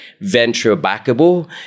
venture-backable